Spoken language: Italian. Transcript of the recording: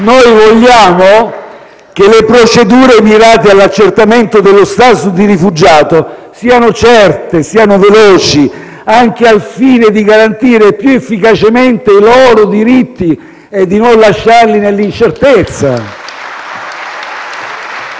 Noi vogliamo che le procedure mirate all'accertamento dello *status* di rifugiato siano certe e veloci, anche al fine di garantire più efficacemente i loro diritti e di non lasciarli nell'incertezza. *(Applausi